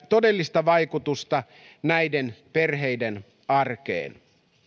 todellista vaikutusta näiden perheiden arkeen